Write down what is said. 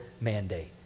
mandate